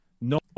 no